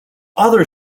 other